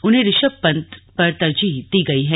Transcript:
उन्हें ऋषभ पंत पर तरजीह दी गई है